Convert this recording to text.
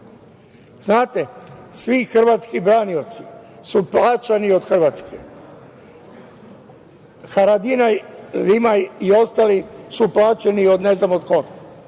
pomaže. Svi hrvatski branioci su plaćani od Hrvatske. Haradinaj, Limaj i ostali su plaćeni ne znam od koga.